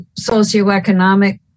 socioeconomic